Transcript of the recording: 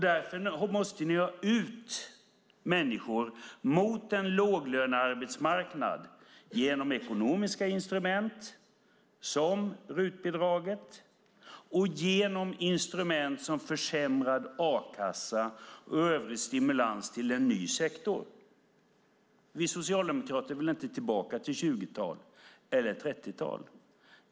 Därför måste ni ha ut människor på en låglönearbetsmarknad genom ekonomiska instrument som RUT-avdraget, försämrad a-kassa och övrig stimulans till en ny sektor. Vi socialdemokrater vill inte tillbaka till 20 eller 30-talet.